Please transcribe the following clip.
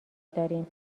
داریم